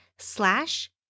slash